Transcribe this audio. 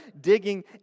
digging